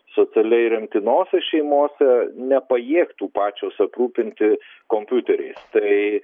socialiai remtinose šeimose nepajėgtų pačios aprūpinti kompiuteriais tai